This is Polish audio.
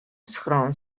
schron